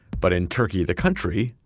but in turkey, the country,